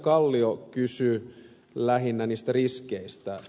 kallio kysyi lähinnä riskeistä